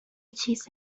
چیز